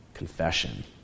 confession